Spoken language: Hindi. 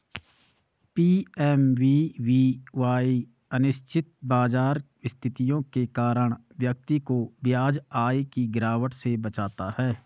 पी.एम.वी.वी.वाई अनिश्चित बाजार स्थितियों के कारण व्यक्ति को ब्याज आय की गिरावट से बचाता है